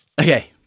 Okay